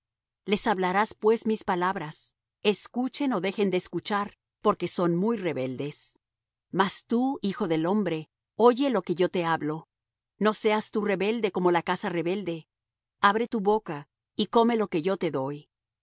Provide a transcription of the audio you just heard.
les hablarás pues mis palabras escuchen ó dejen de escuchar porque son muy rebeldes mas tú hijo del hombre oye lo que yo te hablo no seas tú rebelde como la casa rebelde abre tu boca y come lo que yo te doy